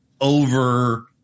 over